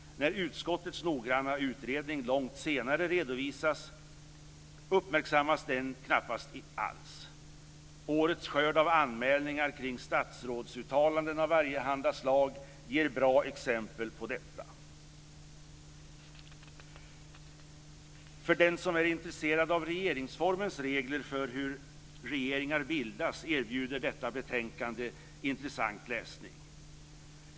När utskottets noggranna utredning långt senare redovisas uppmärksammas den knappast alls. Årets skörd av anmälningar kring statsrådsuttalanden av varjehanda slag ger bra exempel på detta. För den som är intresserad av regeringsformens regler för hur regeringar bildas erbjuder detta betänkande intressant läsning.